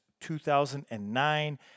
2009